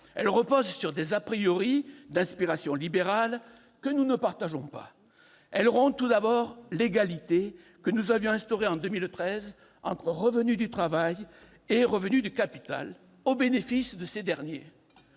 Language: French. elle repose sur des d'inspiration libérale que nous ne partageons pas. Elle rompt tout d'abord l'égalité que nous avions instaurée en 2013 entre revenus du travail et revenus du capital, au bénéfice de ces derniers.